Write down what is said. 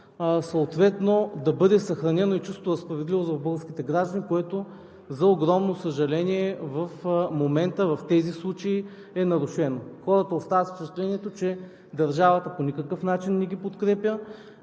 съответно да бъде съхранено и чувството за справедливост в българските граждани, което за огромно съжаление в момента в тези случаи е нарушено. Хората остават с впечатлението, че държавата по никакъв начин не ги подкрепя